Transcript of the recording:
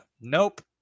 nope